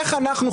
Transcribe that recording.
איך אנחנו,